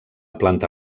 planta